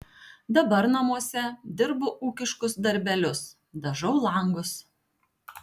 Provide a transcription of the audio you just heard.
dabar namuose dirbu ūkiškus darbelius dažau langus